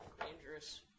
dangerous